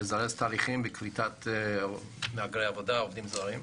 לזרז תהליכים בקליטת מהגרי עבודה ועובדים זרים,